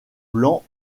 blancs